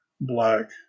black